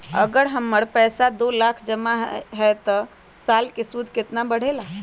अगर हमर पैसा दो लाख जमा है त साल के सूद केतना बढेला?